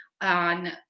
On